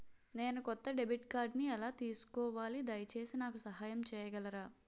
నేను కొత్త డెబిట్ కార్డ్ని ఎలా తీసుకోవాలి, దయచేసి నాకు సహాయం చేయగలరా?